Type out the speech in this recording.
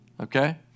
Okay